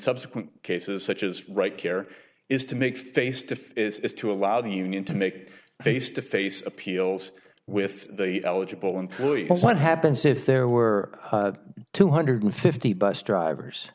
subsequent cases such as right care is to make face to face is to allow the union to make face to face appeals with the eligible employees what happens if there were two hundred fifty bus drivers